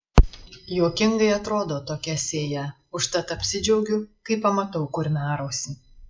juokingai atrodo tokia sėja užtat apsidžiaugiu kai pamatau kurmiarausį